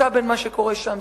זיקה בין מה שקורה שם,